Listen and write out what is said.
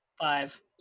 five